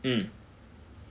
mm